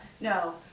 no